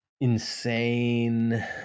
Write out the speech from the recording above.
insane